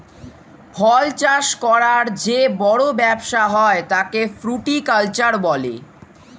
ফল চাষ করার যে বড় ব্যবসা হয় তাকে ফ্রুটিকালচার বলে